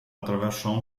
attraversò